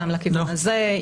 ופעם לכיוון הזה.